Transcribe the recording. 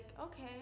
okay